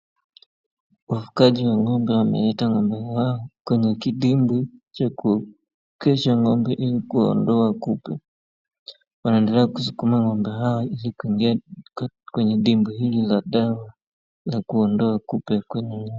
Wafugaji wa ng'ombe wameleta ng'ombe wao kwenye kidimbwi cha kuogesha ng'ombe ili kuondoa kupe. Wanaendelea kusukuma ng'ombe hawa ili kuingia kwenye dimbwi hili la dawa la kuondoa kupe kwenye...